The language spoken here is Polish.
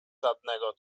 żadnego